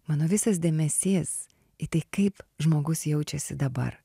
mano visas dėmesys į tai kaip žmogus jaučiasi dabar